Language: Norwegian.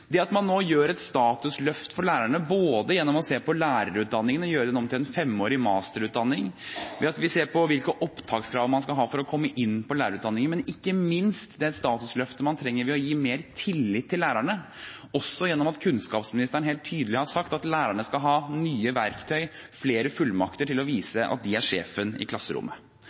Man gjør nå et statusløft for lærerne ved å se på lærerutdanningen og gjøre den om til en femårig masterutdanning, og ved å se på hvilke opptakskrav man skal ha for å komme inn på lærerutdanningen, og ikke minst det statusløftet man trenger ved å gi mer tillit til lærerne også gjennom at kunnskapsministeren helt tydelig har sagt at lærerne skal ha nye verktøy og flere fullmakter til å